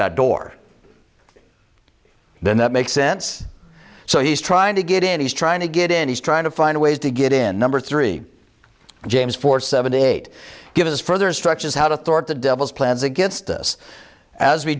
that door then that makes sense so he's trying to get in he's trying to get in he's trying to find ways to get in number three james four seven eight give us further instructions how to thwart the devil's plans against us as we